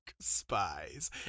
spies